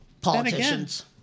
politicians